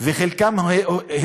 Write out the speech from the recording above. ואת חלקם הזעיקו